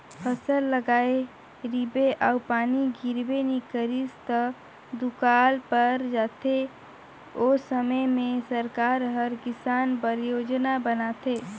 फसल लगाए रिबे अउ पानी गिरबे नी करिस ता त दुकाल पर जाथे ओ समे में सरकार हर किसान बर योजना बनाथे